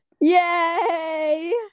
Yay